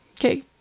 Okay